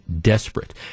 desperate